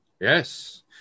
Yes